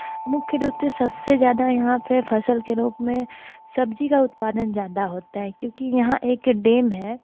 मुख्य रुप से सबसे ज़्यादा यहाँ पे फसल के रूप में सब्जी का उत्पादन ज़्यादा होता है क्योंकि यहाँ एक डैम है